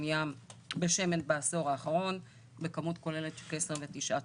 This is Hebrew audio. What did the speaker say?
ים בשמן בעשור האחרון בכמות כוללת של כ-29 טון.